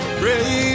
pray